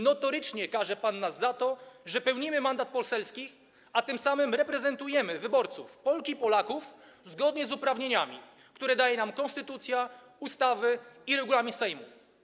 Notorycznie karze pan nas za to, że pełnimy mandat poselski, a tym samym reprezentujemy wyborców, Polki i Polaków, zgodnie z uprawnieniami, które daje nam konstytucja, ustawy i regulamin Sejmu.